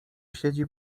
siedzi